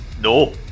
no